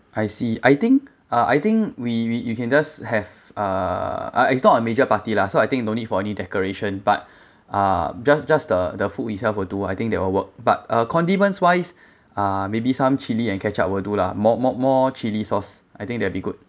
I see I think uh I think we we you can just have uh it's not a major party lah so I think no need for any decoration but uh just just the the food itself will do I think they will work but uh condiments wise uh maybe some chili and ketchup will do lah more more more chili sauce I think they will be good